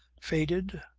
faded,